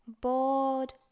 bored